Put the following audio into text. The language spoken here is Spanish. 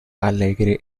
alegre